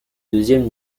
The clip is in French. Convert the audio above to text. deuxième